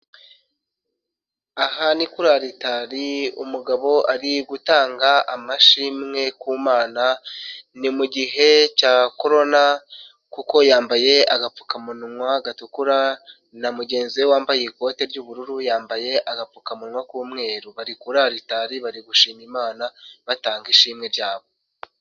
Aha ni kuri Aritali umugabo ari gutanga amashimwe ku Mana, ni mu gihe cya Corona kuko yambaye agapfukamunwa gatukura na mugenzi we wambaye ikote ry'ubururu yambaye agapfukamunwa k'umweru, bari kuri Alitari bari gushima Imana batanga ishimwe ryabo.